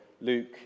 Luke